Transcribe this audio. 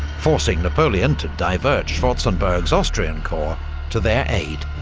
forcing napoleon to divert schwarzenberg's austrian corps to their aid.